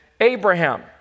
Abraham